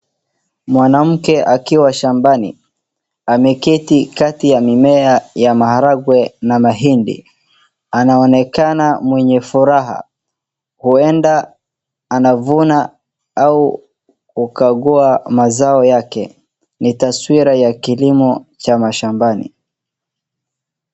Mwanamke akiwa shambani ameketi kati ya mimea ya maharagwe na mahindi anaonekana mwenye furaha huenda anavuna au kukagua mazao yake ni taswira ya kilimo cha mashambani.